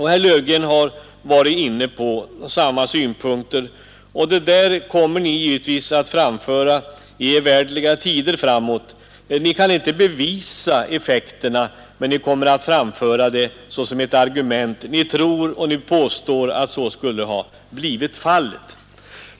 Herr Löfgren har varit inne på samma synpunkter. Detta kommer ni givetvis att framföra i evärdliga tider framåt. Ni kan inte bevisa effekterna, men ni kommer att framföra dem som ett ständigt argument.